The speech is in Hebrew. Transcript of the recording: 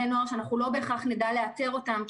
נוער שאנחנו לא בהכרח נדע לאתר אותם,